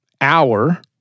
hour